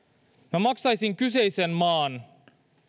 minä maksaisin kyseisen maan